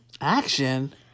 Action